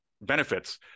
benefits